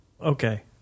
okay